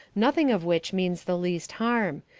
nothing of which means the least harm.